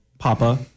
Papa